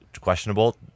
questionable